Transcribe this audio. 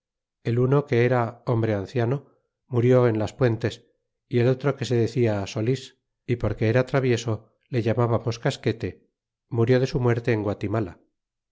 el uno que era hombre anciano murió en las puentes y el otro se decia solis y porque era travieso le llamábamos casquete murió de su muerte en guatimala